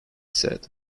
said